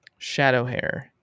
Shadowhair